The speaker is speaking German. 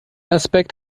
aspekt